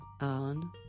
on